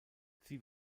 sie